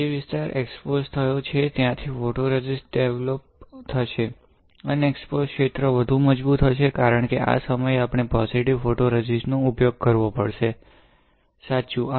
જે વિસ્તાર એક્સ્પોસ્ડ થયો છે ત્યાંથી ફોટોરેઝિસ્ટ ડેવલપ થશે અનએક્સ્પોઝડ ક્ષેત્ર વધુ મજબૂત હશે કારણ કે આ સમયે આપણે પોજિટિવ ફોટોરેઝિસ્ટ નો ઉપયોગ કરવો પડશે સાચું